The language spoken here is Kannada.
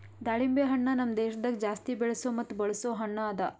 ದಾಳಿಂಬೆ ಹಣ್ಣ ನಮ್ ದೇಶದಾಗ್ ಜಾಸ್ತಿ ಬೆಳೆಸೋ ಮತ್ತ ಬಳಸೋ ಹಣ್ಣ ಅದಾ